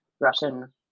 russian